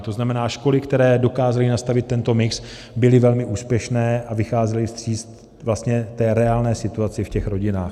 To znamená školy, které dokázaly nastavit tento mix, byly velmi úspěšné a vycházely vstříc reálné situaci v rodinách.